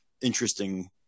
interesting